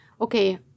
okay